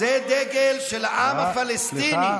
זה דגל של העם הפלסטיני.